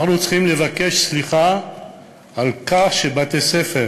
אנחנו צריכים לבקש סליחה על כך שבכמה בתי-ספר